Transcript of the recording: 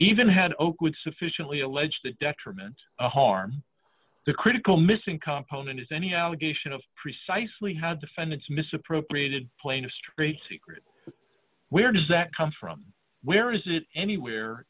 even had oakwood sufficiently alleged a detriment to harm the critical missing component is any allegation of precisely how defendants misappropriated playing a street secret where does that come from where is it anywhere